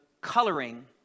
coloring